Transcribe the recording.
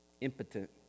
impotent